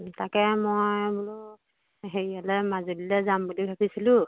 তাকে মই বোলো হেৰিয়ালৈ মাজুলীলৈ যাম বুলি ভাবিছিলোঁ